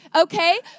Okay